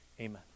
Amen